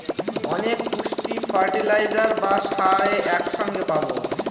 অনেক পুষ্টি ফার্টিলাইজার বা সারে এক সঙ্গে পাবো